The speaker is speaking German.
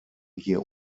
hier